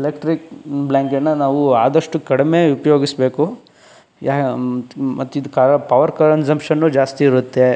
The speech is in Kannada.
ಎಲೆಕ್ಟ್ರಿಕ್ಟ್ ಬ್ಲಾಂಕೆಟ್ನ ನಾವು ಆದಷ್ಟು ಕಡಿಮೆ ಉಪಯೋಗಿಸಬೇಕು ಮತ್ತೆ ಇದು ಪವರ್ ಕನ್ಸಂಪ್ಷನ್ ಜಾಸ್ತಿ ಇರುತ್ತೆ